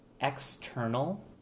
external